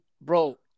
bro